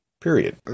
period